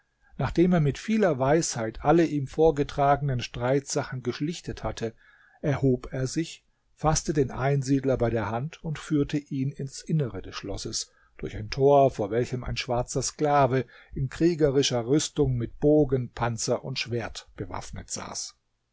nachdem er mit vieler weisheit alle ihm vorgetragenen streitsachen geschlichtet hatte erhob er sich faßte den einsiedler bei der hand und führte ihn ins innere des schlosses durch ein tor vor welchem ein schwarzer sklave in kriegerischer rüstung mit bogen panzer und schwert bewaffnet saß